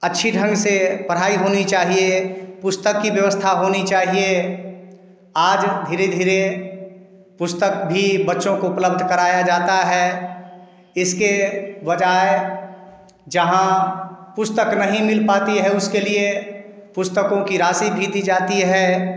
अच्छी ढंग से पढ़ाई होनी चाहिए पुस्तक की व्यवस्था होनी चाहिए आज धीरे धीरे पुस्तक भी बच्चों को उपलब्ध कराया जाता है इसके बजाए जहाँ पुस्तक नहीं मिल पाती है उसके लिए पुस्तकों की राशि भी दी जाती है